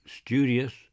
studious